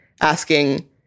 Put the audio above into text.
asking